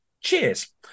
Cheers